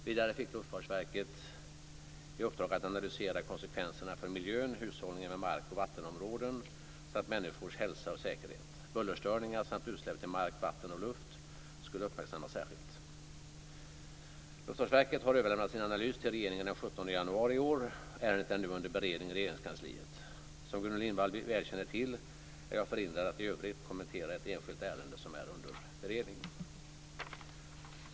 Vidare fick Luftfartsverket i uppdrag att analysera konsekvenserna för miljön, hushållningen med mark och vattenområden samt människors hälsa och säkerhet. Bullerstörningar samt utsläpp till mark, vatten och luft skulle uppmärksammas särskilt. Luftfartsverket har överlämnat sin analys till regeringen den 17 januari i år. Ärendet är nu under beredning i Regeringskansliet. Som Gudrun Lindvall väl känner till är jag förhindrad att i övrigt kommentera ett enskilt ärende som är under beredning.